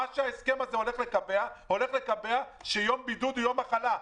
ההסכם הזה הולך לקבע שיום בידוד הוא יום מחלה.